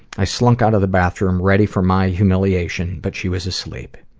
i slunk out of the bathroom, ready for my humiliation. but she was asleep.